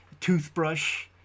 toothbrush